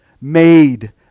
made